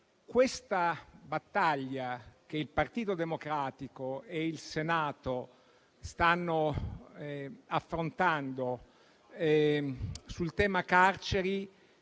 Questa battaglia che il Partito Democratico e il Senato stanno affrontando sul tema carceri